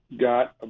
got